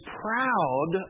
proud